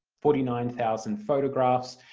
forty nine thousand photographs,